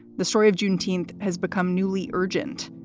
the story of juneteenth has become newly urgent.